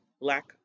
Black